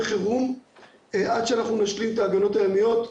חירום עד שנשלים את ההגנות הימיות,